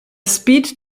speed